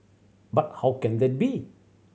but how can that be